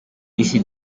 disi